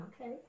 okay